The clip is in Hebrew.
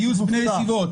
גיוס בני ישיבות,